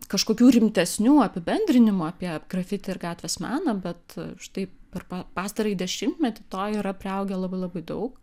kažkokių rimtesnių apibendrinimų apie grafiti ir gatvės meną bet štai per pastarąjį dešimtmetį to yra priaugę labai labai daug